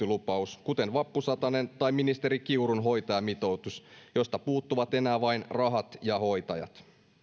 lupaus kuten vappusatanen tai ministeri kiurun hoitajamitoitus josta puuttuvat enää vain rahat ja hoitajat